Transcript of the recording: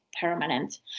permanent